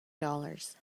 dollars